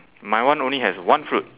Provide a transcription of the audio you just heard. my one only has one fruit